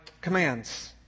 commands